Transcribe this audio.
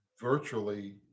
virtually